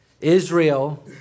Israel